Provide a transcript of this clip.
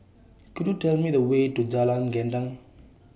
Could YOU Tell Me The Way to Jalan Gendang